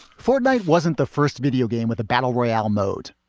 fortnight wasn't the first video game with a battle royale mode,